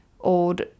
Old